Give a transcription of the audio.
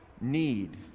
need